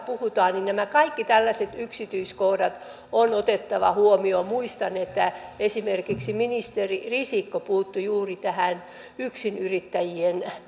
puhutaan niin nämä kaikki tällaiset yksityiskohdat on otettava huomioon muistan että esimerkiksi ministeri risikko puuttui juuri tähän yksinyrittäjien